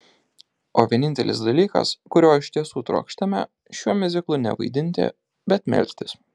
o vienintelis dalykas kurio iš tiesų trokštame šiuo miuziklu ne vaidinti bet melstis